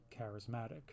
charismatic